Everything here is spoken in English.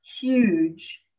huge